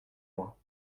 moi